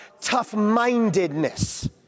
tough-mindedness